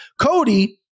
Cody